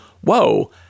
whoa